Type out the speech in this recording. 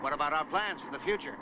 what about our plans for the future